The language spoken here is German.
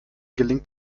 gelingt